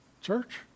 church